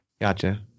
Gotcha